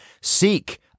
Seek